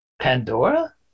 Pandora